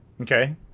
Okay